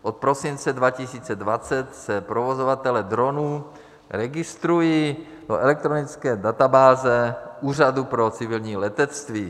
Od prosince 2020 se provozovatelé dronů registrují do elektronické databáze Úřadu pro civilní letectví.